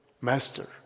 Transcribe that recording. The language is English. master